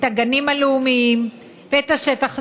את הגנים הלאומיים ואת השטח הציבורי,